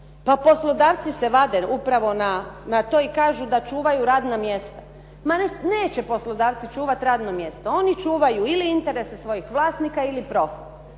Pa poslodavci se vade upravo na to i kažu da čuvaju radna mjesta. Ma neće poslodavci čuvati radno mjesto, oni čuvaju ili interese svojih vlasnika ili profit.